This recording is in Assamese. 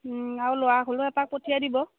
আৰু ল'ৰাক হ'লেও এপাক পঠিয়াই দিব